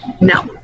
No